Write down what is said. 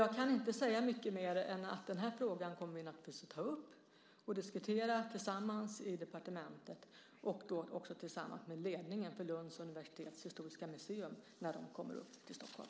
Jag kan inte säga mycket mer än att vi naturligtvis kommer att ta upp och diskutera den här frågan i departementet och tillsammans med ledningen för Lunds universitets historiska museum, när de kommer upp till Stockholm.